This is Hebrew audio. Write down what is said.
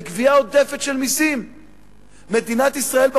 מדינת ישראל,